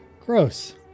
Gross